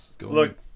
Look